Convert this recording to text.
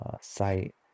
site